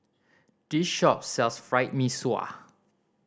this shop sells Fried Mee Sua